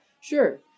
sure